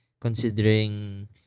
considering